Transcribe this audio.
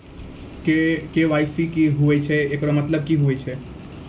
KYC की होय छै, एकरो मतलब की होय छै?